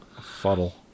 Fuddle